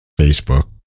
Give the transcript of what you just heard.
Facebook